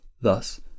Thus